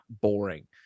boring